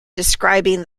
describing